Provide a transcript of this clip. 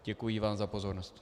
Děkuji vám za pozornost.